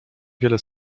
wiele